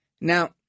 Now